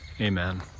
amen